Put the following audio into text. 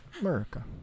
america